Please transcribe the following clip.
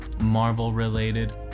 Marvel-related